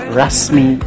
rasmi